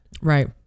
Right